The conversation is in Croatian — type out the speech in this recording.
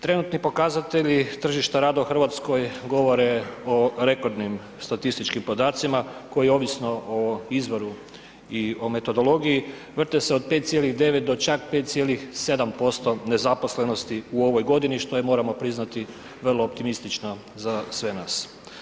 Trenutni pokazatelji tržišta rada u Hrvatskoj govore o rekordnim statističkim podacima koji ovisno o izvoru i o metodologiji, vrte se od 5,9 do čak 5,7% nezaposlenosti u ovoj godini, što je, moramo priznati vrlo optimistično za sve nas.